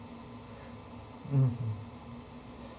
mmhmm